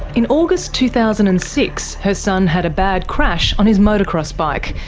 in august two thousand and six her son had a bad crash on his motocross bike,